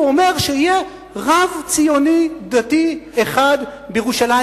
אומר שיהיה רב ציוני-דתי אחד בירושלים,